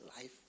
life